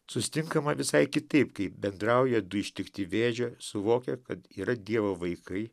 susitinkama visai kitaip kaip bendrauja du ištikti vėžio suvokę kad yra dievo vaikai